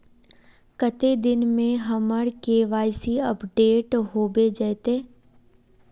कते दिन में हमर के.वाई.सी अपडेट होबे जयते?